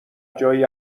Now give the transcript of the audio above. جایی